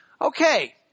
Okay